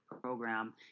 program